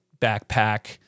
backpack